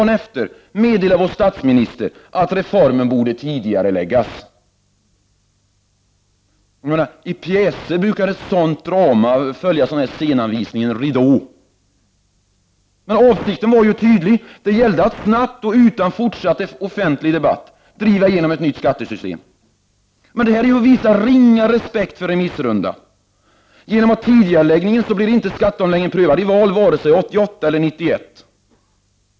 Nästa dag meddelade vår statsminister att reformen borde tidigareläggas — i pjäser brukar ett drama av det här slaget åtföljas av scenanvisningen ”ridå”. Avsikten var tydlig. Det gällde ju att snabbt och utan fortsatt offentlig debatt driva igenom ett nytt skattesystem. Men det är att visa ringa respekt för remissrundan. Genom tidigareläggningen blev inte skatteomläggningen prövad i val 1988 — och blir det inte heller 1991.